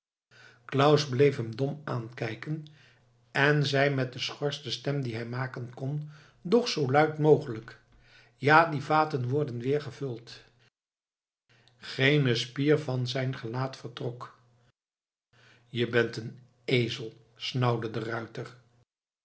claus bleef hem dom aankijken en zeide met de schorste stem die hij maken kon doch zoo luid mogelijk ja die vaten worden weer gevuld geene spier van zijn gelaat vertrok je bent een ezel snauwde de ruiter